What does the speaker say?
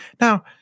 Now